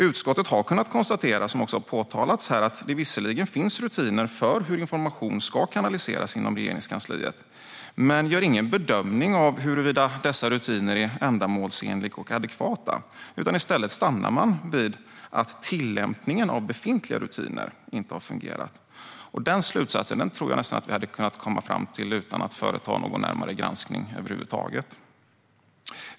Utskottet har kunnat konstatera, som också har påtalats här, att det visserligen finns rutiner för hur information ska kanaliseras inom Regeringskansliet men gör ingen bedömning av huruvida dessa är ändamålsenliga och adekvata. I stället stannar man vid att tillämpningen av befintliga rutiner inte har fungerat. Den slutsatsen tror jag nästan att vi hade kunnat komma fram till utan att företa någon närmare granskning över huvud taget.